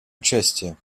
участия